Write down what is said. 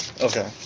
Okay